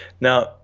Now